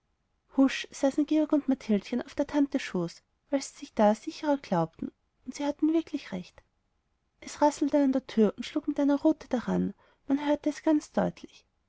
husch saßen georg und mathildchen auf der tante schoß weil sie sich da sichrer glaubten und sie hatte wirklich recht es rasselte an der tür und schlug mit einer rute daran man hörte es ganz deutlich